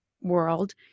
world